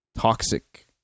toxic